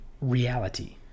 reality